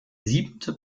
siebente